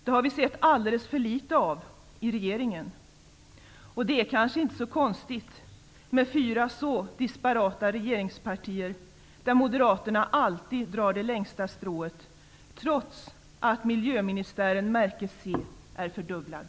Det har vi sett alldeles för litet av i regeringen, och det är kanske inte så konstigt, med fyra så disparata regeringspartier, där Moderaterna alltid drar det längsta strået, trots att miljöministären, märke C, är fördubblad.